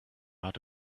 out